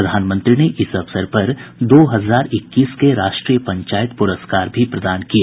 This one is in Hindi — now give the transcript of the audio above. प्रधानमंत्री ने इस अवसर पर दो हजार इक्कीस के राष्ट्रीय पंचायत पुरस्कार भी प्रदान किए